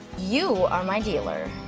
you are my dealer.